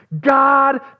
God